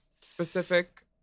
specific